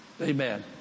Amen